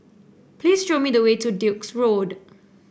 please show me the way to Duke's Road